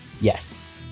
Yes